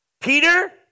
Peter